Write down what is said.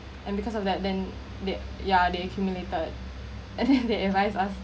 and because of that then they yeah they accumulated and then they advise us